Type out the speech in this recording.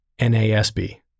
NASB